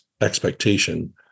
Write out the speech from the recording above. expectation